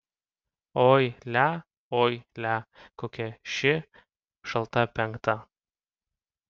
oi lia oi lia kokia ši šalta penkta